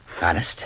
Honest